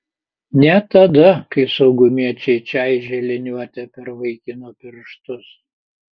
ne tada kai saugumiečiai čaižė liniuote per vaikino pirštus